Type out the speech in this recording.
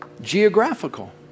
geographical